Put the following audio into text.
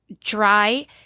dry